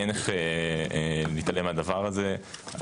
אין איך להתעלם מהדבר הזה,